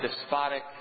despotic